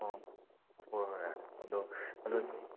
ꯑꯣ ꯍꯣꯏ ꯍꯣꯏ ꯌꯥꯔꯦ ꯑꯗꯣ ꯑꯗꯣ